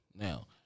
Now